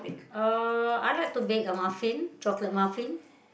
uh I like to bake a muffin chocolate muffin